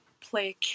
play